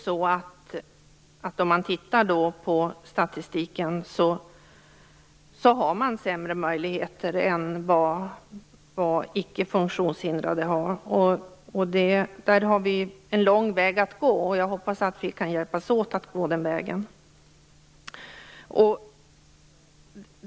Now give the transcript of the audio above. Statistiken visar att de har sämre möjligheter än vad icke funktionshindrade har. Där är det en lång väg att gå. Jag hoppas att vi kan hjälpas åt att gå den vägen.